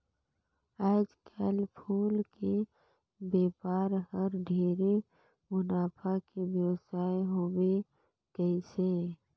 आयज कायल फूल के बेपार हर ढेरे मुनाफा के बेवसाय होवे गईस हे